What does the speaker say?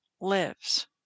lives